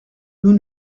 nous